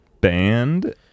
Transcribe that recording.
band